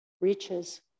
reaches